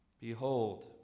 Behold